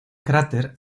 cráter